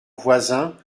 voisin